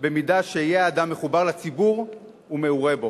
במידה שיהא האדם מחובר לציבור ומעורה בו.